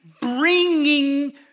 bringing